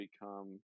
become